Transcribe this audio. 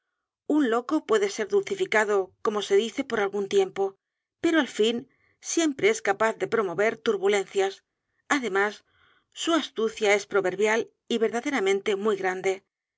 un locopuede ser dulcificado como se dice por algún tiempo pero al fin siempre es capaz de promover turbulencias además su astucia es proverbial y verdaderamente muy grande